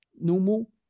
normal